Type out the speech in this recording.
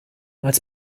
als